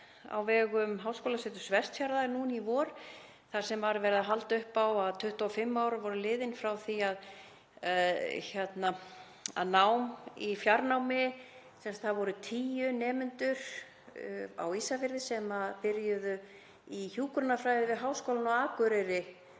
á vegum Háskólaseturs Vestfjarða núna í vor þar sem var verið að halda upp á að 25 ár voru liðin frá því að nám í fjarnámi var hafið, það voru sem sagt tíu nemendur á Ísafirði sem byrjuðu í hjúkrunarfræði við Háskólann á Akureyri